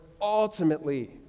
ultimately